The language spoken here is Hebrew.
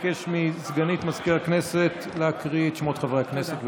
אבקש מסגנית מזכיר הכנסת להקריא את שמות חברי הכנסת.